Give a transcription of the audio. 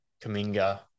Kaminga